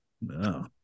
No